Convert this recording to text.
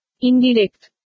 Indirect